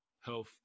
health